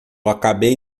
acabei